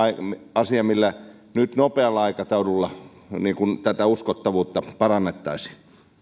asia millä nyt nopealla aikataululla tätä uskottavuutta parannettaisiin